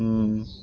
ହୁଁ